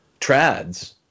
trads